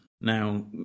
Now